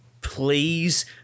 please